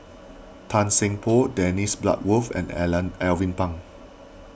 Tan Seng Poh Dennis Bloodworth and Alan Alvin Pang